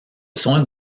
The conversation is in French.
sont